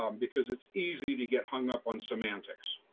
um because it's easy to get hung up on semantics.